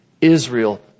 Israel